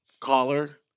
caller